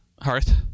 Hearth